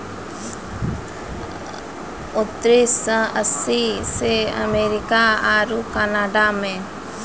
उन्नीस सौ अस्सी से अमेरिका आरु कनाडा मे